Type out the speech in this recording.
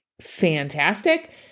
fantastic